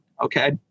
Okay